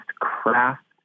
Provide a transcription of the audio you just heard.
craft